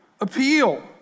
appeal